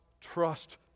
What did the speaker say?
trust